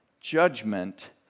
Judgment